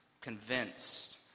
convinced